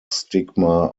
stigma